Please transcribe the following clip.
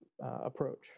approach